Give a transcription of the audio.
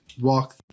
walk